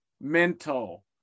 mental